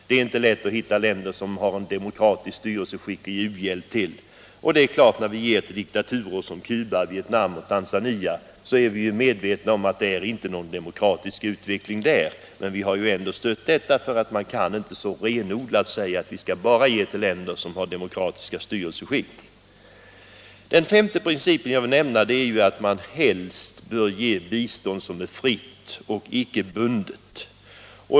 Det är inte lätt att hitta länder med ett demokratiskt styrelseskick att ge u-hjälp till. När vi ger bistånd till diktaturer som Cuba, Vietnam och Tanzania är vi ju medvetna om att det inte är någon demokratisk utveckling där. Men vi har ändå stött dessa länder, för man kan inte renodlat säga att vi endast skall ge till länder som har demokratiska styrelseskick. För det femte bör biståndet helst vara fritt och icke bundet.